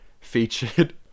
featured